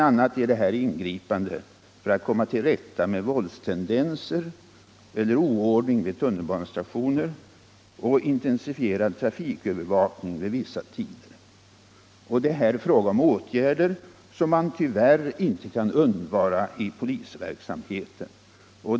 a. gäller det ingripanden för att komma till rätta med våldstendenser eller oordning vid tunnelbanestationer och åtgärder för att intensifiera trafikövervakningen vid vissa tider. Det är här fråga om åtgärder som man tyvärr inte kan undvara i polisverksamheten.